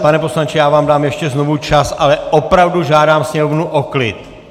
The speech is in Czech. Pane poslanče, já vám dám ještě znovu čas, ale opravdu žádám sněmovnu o klid!